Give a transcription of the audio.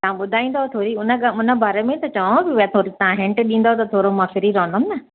तव्हां ॿुधाईंदो थोरी हुन हुन बारे में त चवां भई थोरी तव्हां हिंट ॾींदव त थोरो मां फ्री रहंदमि न